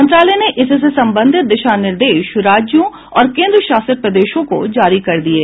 मंत्रालय ने इससे संबंधित दिशा निर्देश राज्यों और केन्द्र शासित प्रदेशों को जारी कर दिये